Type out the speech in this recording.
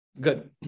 good